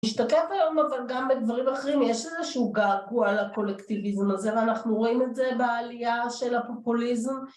נשתקף היום אבל גם בדברים אחרים, יש איזשהו געגוע לקולקטיביזם הזה ואנחנו רואים את זה בעלייה של הפופוליזם.